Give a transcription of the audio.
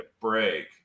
break